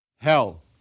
hell